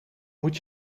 moet